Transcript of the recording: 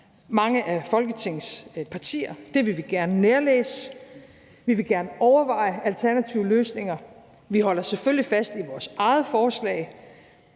mange af Folketingets partier. Det vil vi gerne nærlæse. Vi vil gerne overveje alternative løsninger. Vi holder selvfølgelig fast i vores eget forslag,